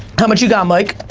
how much you got mike?